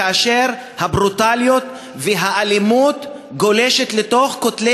כאשר הברוטליות והאלימות גולשות אל בין כותלי